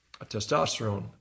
testosterone